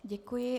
Děkuji.